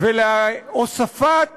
ולהוספת